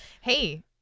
Hey